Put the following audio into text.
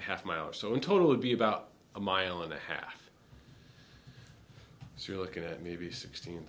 half mile or so in total be about a mile and a half so you're looking at maybe sixteen